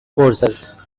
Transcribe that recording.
forces